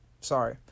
Sorry